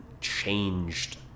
changed